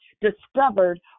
discovered